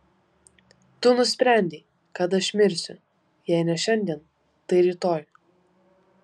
tu nusprendei kad aš mirsiu jei ne šiandien tai rytoj